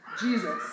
Jesus